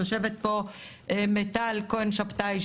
יושבת פה מיטל כהן שבתאי,